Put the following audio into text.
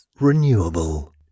renewable